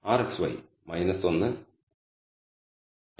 rxy 11